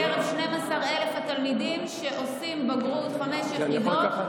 95% מקרב 12,000 התלמידים שעושים בגרות חמש יחידות